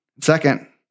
Second